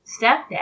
stepdad